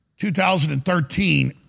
2013